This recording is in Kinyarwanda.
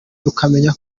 tukamenya